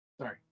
Sorry